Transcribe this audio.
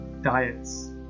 diets